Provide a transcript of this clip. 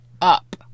up